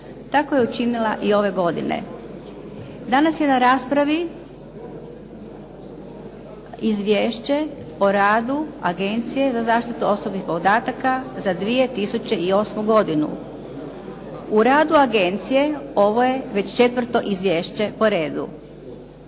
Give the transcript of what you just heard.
Tako je učinila i ove godine. Danas je na raspravi Izvješće o radu Agencije za zaštitu osobnih podataka za 2008. godinu. U radu agencije ovo je već 4. izvješće po redu.